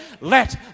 let